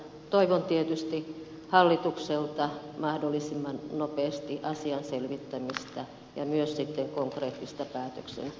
toivon tietysti hallitukselta mahdollisimman nopeasti asian selvittämistä ja myös sitten konkreettista päätöksentekoa